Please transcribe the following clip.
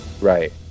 right